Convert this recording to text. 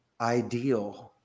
ideal